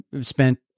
spent